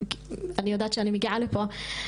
שאני יודעת שאני מגיעה לפה,